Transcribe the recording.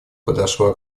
подошла